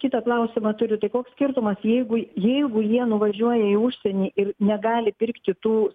kitą klausimą turiu tai koks skirtumas jeigu jeigu jie nuvažiuoja į užsienį ir negali pirkt kitų